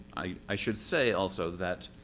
i should say also that